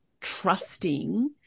trusting